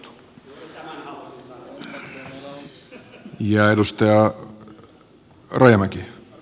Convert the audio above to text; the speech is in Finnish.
arvoisa puhemies